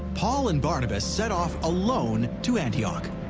paul and barnabas set off alone to antioch.